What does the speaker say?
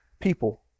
people